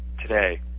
today